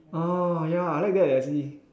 ya I like that actually